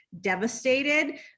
devastated